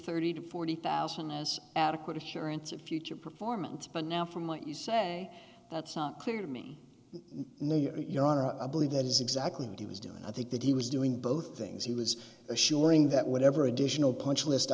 thirty to forty thousand as adequate assurance of future performance but now from what you say that's not clear to me no you're on a believe that is exactly what he was doing i think that he was doing both things he was assuring that whatever additional punch list